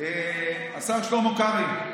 השר שלמה קרעי,